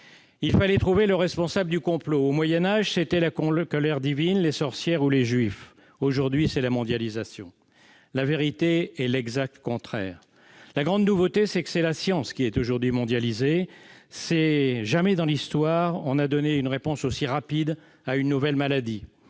Il fallait trouver le responsable du complot. Au Moyen Âge, c'étaient la colère divine, les sorcières ou les juifs. Aujourd'hui, c'est la mondialisation. La vérité est l'exact contraire. La grande nouveauté, c'est que c'est la science qui est aujourd'hui mondialisée. Jamais dans l'histoire on n'a donné une réponse aussi rapide à une nouvelle maladie